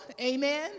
amen